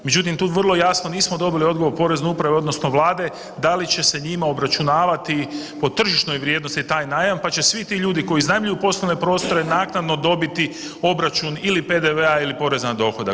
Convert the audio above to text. Međutim, tu vrlo jasno nismo dobili odgovor porezne uprave odnosno Vlade da li će se njima obračunavati po tržišnoj vrijednosti taj najam pa će svi ti ljudi koji iznajmljuju poslovne prostore naknado dobiti obračun ili PDV-a ili poreza na dohodak.